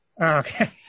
Okay